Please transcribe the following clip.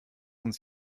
uns